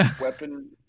weapon